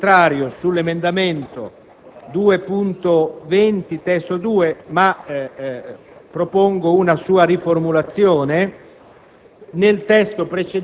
esprimo parere contrario sull'emendamento 2.20 (testo 2), ma propongo una sua riformulazione